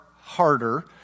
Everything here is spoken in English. harder